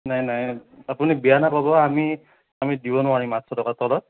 নাই নাই আপুনি বেয়া নাপাব আমি আমি দিব নোৱাৰিম আঠশ টকাৰ তলত